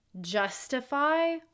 justify